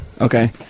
Okay